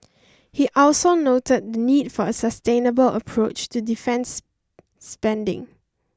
he also noted the need for a sustainable approach to defence spending